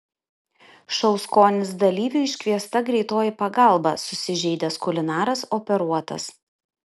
šou skonis dalyviui iškviesta greitoji pagalba susižeidęs kulinaras operuotas